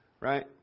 right